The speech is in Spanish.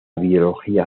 biología